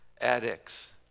addicts